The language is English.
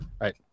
right